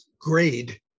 grade